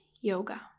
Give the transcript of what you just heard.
yoga